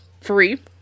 free